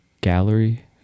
gallery